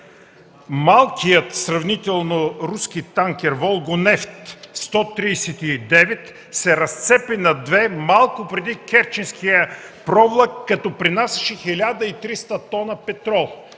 малкият руски танкер „Волгонефт 139” се разцепи на две малко преди Керченския провлак, като пренасяше 1300 т петрол.